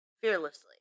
fearlessly